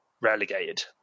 relegated